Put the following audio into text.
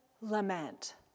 lament